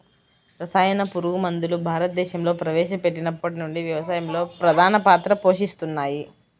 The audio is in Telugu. రసాయన పురుగుమందులు భారతదేశంలో ప్రవేశపెట్టినప్పటి నుండి వ్యవసాయంలో ప్రధాన పాత్ర పోషిస్తున్నాయి